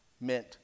meant